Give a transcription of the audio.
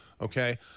okay